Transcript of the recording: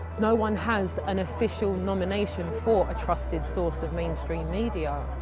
no one has an official nomination for a trusted source of mainstream media.